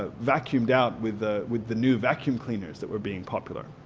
ah vacuumed out with the with the new vacuum cleaners that were being popular.